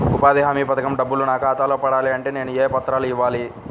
ఉపాధి హామీ పథకం డబ్బులు నా ఖాతాలో పడాలి అంటే నేను ఏ పత్రాలు ఇవ్వాలి?